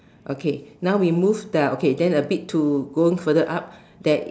okay now we move then a bit to go further up there is